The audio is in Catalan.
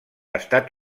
estat